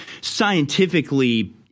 scientifically